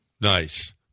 Nice